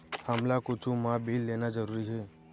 हमला कुछु मा बिल लेना जरूरी हे?